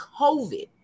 covid